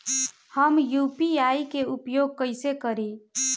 हम यू.पी.आई के उपयोग कइसे करी?